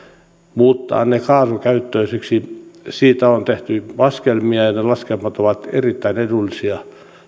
sen muuttamisesta kaasukäyttöiseksi on tehty laskelmia ja ja ne laskelmat ovat erittäin edullisia